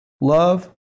Love